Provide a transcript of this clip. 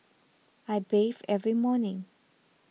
I bathe every morning